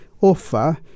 offer